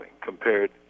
compared